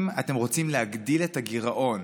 אם אתם רוצים להגדיל את הגירעון,